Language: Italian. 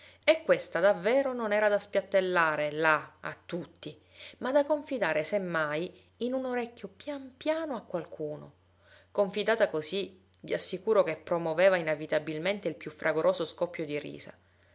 e questa davvero non era da spiattellare là a tutti ma da confidare se mai in un orecchio pian piano a qualcuno confidata così vi assicuro che promoveva inevitabilmente il più fragoroso scoppio di risa